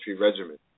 Regiment